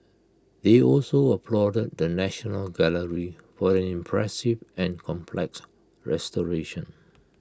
they also applauded the national gallery for an impressive and complex restoration